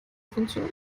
funktion